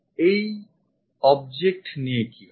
এই object নিয়ে কি হবে